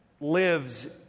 lives